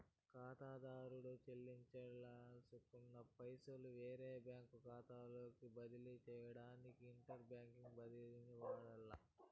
కాతాదారుడు సెల్లించాలనుకున్న పైసలు వేరే బ్యాంకు కాతాలోకి బదిలీ సేయడానికి ఇంటర్ బ్యాంకు బదిలీని వాడాల్ల